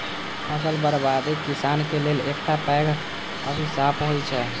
फसल बर्बादी किसानक लेल एकटा पैघ अभिशाप होइ छै